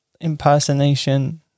impersonation